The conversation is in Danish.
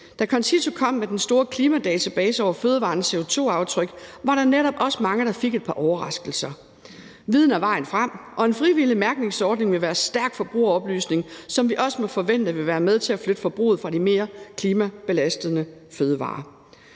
Da CONCITO kom med den store klimadatabase over fødevarernes CO2-aftryk, var der netop også mange, der fik et par overraskelser. Viden er vejen frem, og en frivillig mærkningsordning vil være stærk forbrugeroplysning, som vi også må forvente vil være med til at flytte forbruget fra de mere klimabelastende fødevarer.